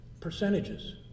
percentages